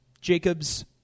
Jacob's